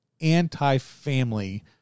anti-family